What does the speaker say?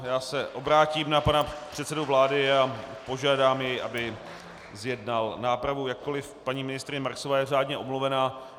Já se obrátím na pana předsedu vlády a požádám jej, aby zjednal nápravu, jakkoliv paní ministryně Marksová je řádně omluvena.